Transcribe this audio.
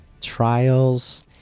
Trials